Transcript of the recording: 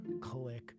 Click